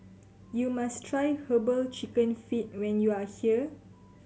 you must try Herbal Chicken Feet when you are here